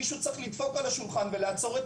מישהו צריך לדפוק על השולחן ולעצור את